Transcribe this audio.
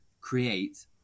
create